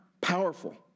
powerful